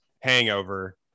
hangover